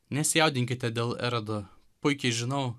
nesijaudinkite dėl erodo puikiai žinau